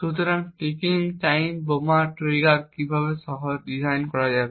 সুতরাং ticking time বোমার trigger কীভাবে ডিজাইন করা হবে